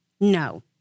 No